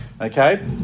okay